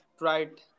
right